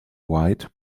white